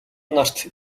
нарт